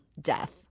death